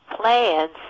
plans